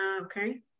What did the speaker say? Okay